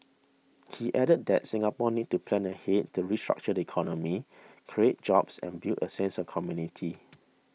he added that Singapore needs to plan ahead to restructure the economy create jobs and build a sense of community